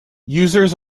users